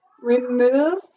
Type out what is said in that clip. Remove